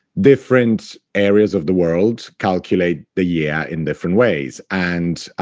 different areas of the world calculate the year in different ways. and,